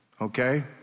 Okay